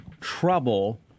Trouble